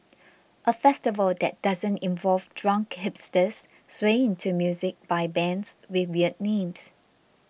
a festival that doesn't involve drunk hipsters swaying to music by bands with weird names